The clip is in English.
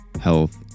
health